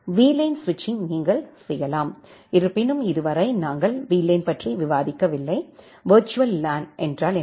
VLAN ஸ்விட்சிங் நீங்கள் செய்யலாம் இருப்பினும் இதுவரை நாங்கள் விலேன் பற்றி விவாதிக்கவில்லை விர்ச்சுவல் லேன் என்றால் என்ன